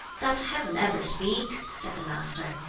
does heaven ever speak? said the master.